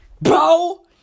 Bro